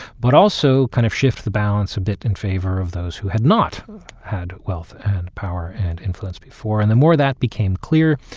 but also kind of shift the balance a bit in favor of those who had not had wealth and power and influence before. and the more that became clear,